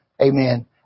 Amen